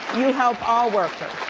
you help all workers.